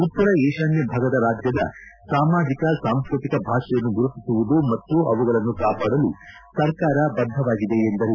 ಉತ್ತರ ಈಶಾನ್ಯ ಭಾಗದ ರಾಜ್ಯದ ಸಾಮಾಜಿಕ ಸಾಂಸ್ಕತಿಕ ಭಾಷೆಯನ್ನು ಗುರುತಿಸುವುದು ಮತ್ತು ಅವುಗಳನ್ನು ಕಾಪಾಡಲು ಸರ್ಕಾರ ಬದ್ದವಾಗಿದೆ ಎಂದರು